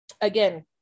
again